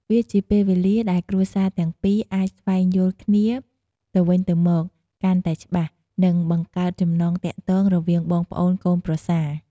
វាជាពេលវេលាដែលគ្រួសារទាំងពីរអាចស្វែងយល់គ្នាទៅវិញទៅមកកាន់តែច្បាស់ និងបង្កើតចំណងទាក់ទងរវាងបងប្អូនកូនប្រសា។